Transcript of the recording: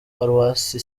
paruwasi